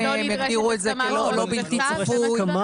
הם יגדירו את זה כלא בלתי צפוי.